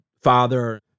father